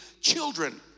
children